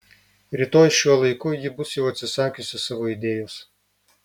rytoj šiuo laiku ji bus jau atsisakiusi savo idėjos